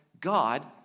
God